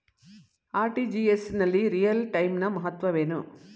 RTGS ನಲ್ಲಿ real time ನ ಮಹತ್ವವೇನು?